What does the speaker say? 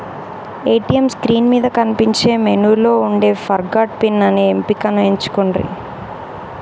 ATM screen మీద కనిపించే మెనూలో వుండే ఫర్గాట్ పిన్ అనే ఎంపికను ఎంచుకొండ్రి